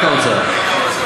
רק האוצר.